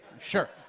Sure